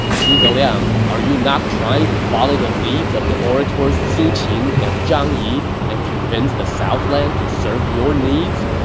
zhuge liang, are you not trying to follow the leads of the orators su qin and zhang yi and convince the southlands to serve your needs?